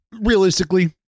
realistically